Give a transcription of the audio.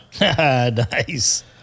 nice